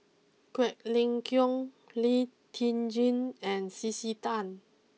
Quek Ling Kiong Lee Tjin and C C Tan